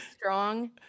strong